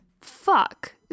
Fuck